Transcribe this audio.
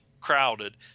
crowded